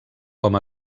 com